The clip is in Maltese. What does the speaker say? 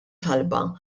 talba